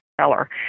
seller